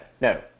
no